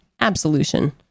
absolution